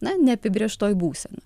na neapibrėžtoj būsenoj